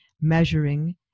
measuring